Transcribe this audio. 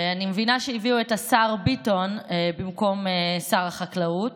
אני מבינה שהביאו את השר ביטון במקום שר החקלאות.